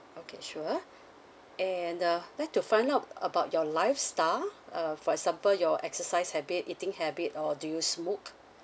okay sure and uh like to find out about your lifestyle uh for example your exercise habit eating habit or do you smoke